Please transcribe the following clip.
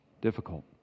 difficult